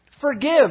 Forgive